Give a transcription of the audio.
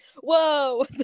whoa